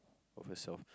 over soft